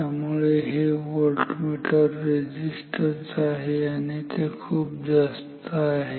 त्यामुळे हे voltmeter resistance आहे आणि ते खूप जास्त आहे